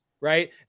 Right